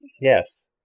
Yes